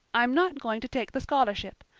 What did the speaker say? i'm not going to take the scholarship.